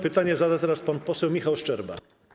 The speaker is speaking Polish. Pytanie zada teraz pan poseł Michał Szczerba.